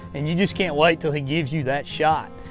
and you just can't wait til he gives you that shot,